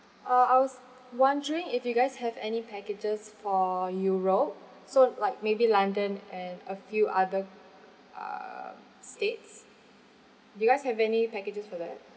uh I was wondering if you guys have any packages for europe so like maybe london and a few other um states do you guys have any packages for that